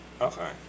Okay